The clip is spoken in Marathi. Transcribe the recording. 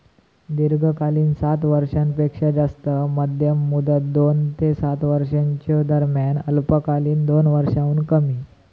दीर्घकालीन सात वर्षांपेक्षो जास्त, मध्यम मुदत दोन ते सात वर्षांच्यो दरम्यान, अल्पकालीन दोन वर्षांहुन कमी